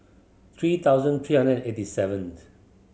three thousand three hundred eighty seventh